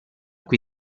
cui